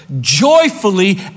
joyfully